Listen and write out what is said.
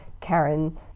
Karen